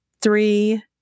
three